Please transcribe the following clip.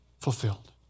fulfilled